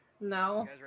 No